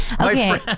okay